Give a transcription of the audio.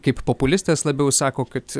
kaip populistas labiau sako kad